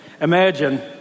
imagine